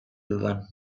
dudan